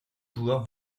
joueurs